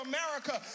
America